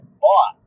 bought